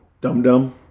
dum-dum